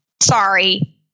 Sorry